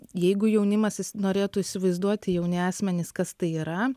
jeigu jaunimas jis norėtų įsivaizduoti jauni asmenys kas tai yra